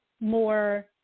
more